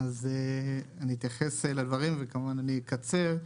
אני אתייחס לדברים וכמובן אני אקצר.